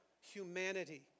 humanity